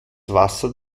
wasser